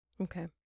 Okay